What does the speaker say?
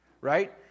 right